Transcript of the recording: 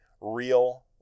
real